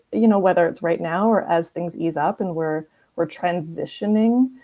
you know whether it's right now or as things ease up and we're we're transitioning.